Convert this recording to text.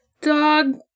dog